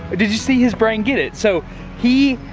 did you see his brain get it? so he,